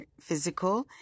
physical